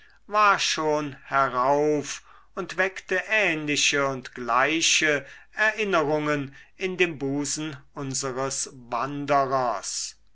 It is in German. war schon herauf und weckte ähnliche und gleiche erinnerungen in dem busen unseres wanderers